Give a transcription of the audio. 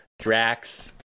Drax